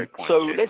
ah so